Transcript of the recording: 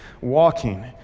walking